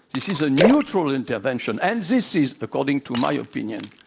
this is a neutral intervention, and this is, according to my opinion,